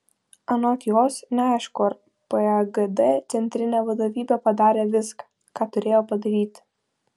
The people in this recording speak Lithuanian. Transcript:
anot jos neaišku ar pagd centrinė vadovybė padarė viską ką turėjo padaryti